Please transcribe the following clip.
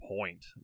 point